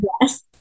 Yes